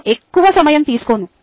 నేను ఎక్కువ సమయం తీసుకోను